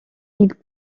ils